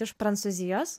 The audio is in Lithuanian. iš prancūzijos